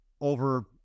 over